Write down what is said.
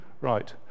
Right